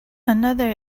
another